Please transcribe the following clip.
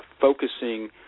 focusing